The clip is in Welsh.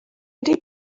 wedi